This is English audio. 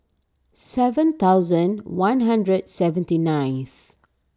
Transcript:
seven thousand one hundred seventy ninth